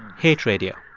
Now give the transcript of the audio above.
hate radio.